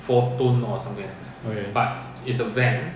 okay